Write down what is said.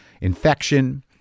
infection